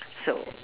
so